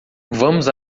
vamos